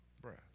breath